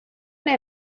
una